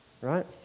right